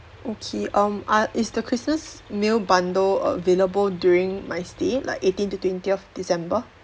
okay um are is the christmas meal bundle available during my stay like eighteen to twentieth december